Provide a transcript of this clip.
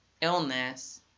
illness